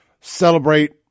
Celebrate